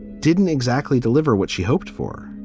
didn't exactly deliver what she hoped for.